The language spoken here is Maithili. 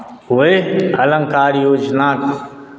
ओहि अलङ्कार योजनाक